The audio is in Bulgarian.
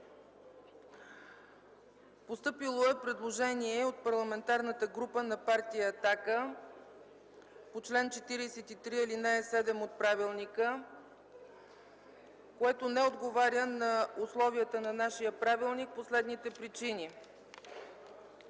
Постъпило е предложение от Парламентарната група на Партия „Атака” по чл. 43, ал. 7 от правилника, което не отговаря на условията на нашия правилник по следните причини: